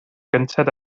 gynted